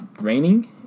raining